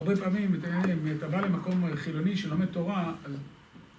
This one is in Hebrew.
הרבה פעמים אתה בא למקום חילוני שלומד תורה